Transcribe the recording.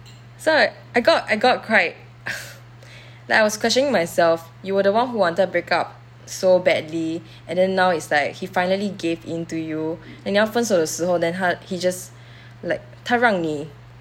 so right I got I got quite like I was questioning myself you were the one who wanted break up so badly and then now is like he finally gave in to you then 你要分手时候 then 他 he just like 他让你